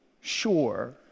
sure